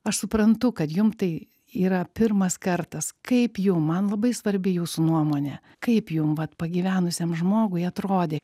aš suprantu kad jum tai yra pirmas kartas kaip jau man labai svarbi jūsų nuomonė kaip jum vat pagyvenusiam žmogui atrodė